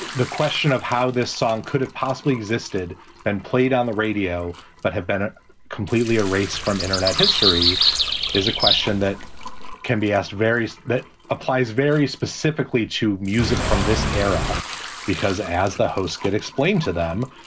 the question of how this song could have possibly existed and played on the radio but have been completely erased from internet history is a question that can be asked various. that applies very specifically to music from this era because as the host good explained to them,